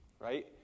Right